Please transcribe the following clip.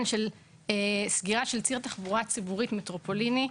של סגירה של ציר תחבורה ציבורית מטרופוליני,